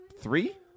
three